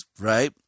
right